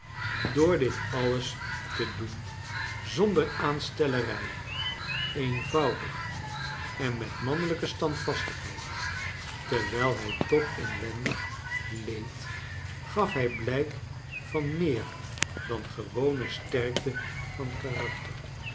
boor dit alles te doen zonder aanstellerij eenvoudig en met mannelijke standvastigheid terwijl hij toch inwendig leed gaf hij blijk van meer dan gewone sterkte van karakter